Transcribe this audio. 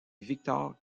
victor